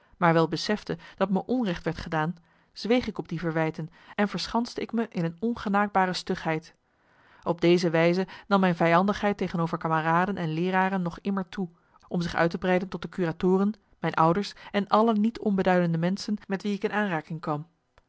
maar wel besefte dat me onrecht werd gedaan zweeg ik op die verwijten en verschanste ik me in een ongenaakbare stugheid op deze wijze nam mijn vijandigheid tegenover kameraden en leeraren nog immer toe om zich uit te breiden tot de curatoren mijn ouders en alle niet onbeduidende menschen met wie ik in aanraking kwam